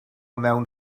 mewn